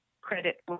credit